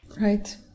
Right